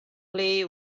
play